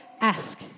ask